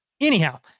anyhow